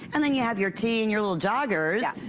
and then you have your tea and your little joggers,